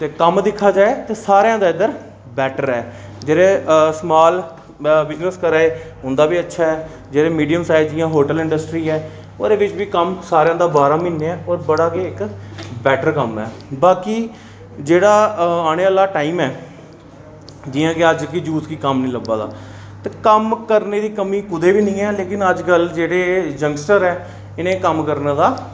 ते कम्म दिक्खेआ जाए ते सारें दा इद्धर बैट्टर ऐ जेह्ड़े स्माल बिजनस करा दे उं'दा बी अच्छा ऐ जेह्ड़े मिडियम साईज जियां होटल इंडस्ट्री ऐ ओह्दे बिच्च बी सारें दा कम्म बारां म्हीने होर बड़ा गै इक बैट्टर कम्म ऐ बाकी जेह्ड़ा आने आह्ला टाईम ऐ जियां कि अज्ज कि यूथ गी कम्म निं लब्भा दा ते कम्म करने दी कमी कुद्धर बी निं ऐ लेकिन अज्ज कल जेह्ड़े यंगस्टर ऐ इ'नें कम्म करने दा